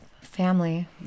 Family